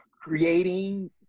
creating